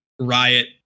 Riot